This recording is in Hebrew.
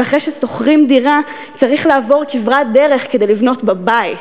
ואחרי ששוכרים דירה צריך לעבור כברת דרך כדי לבנות בה בית.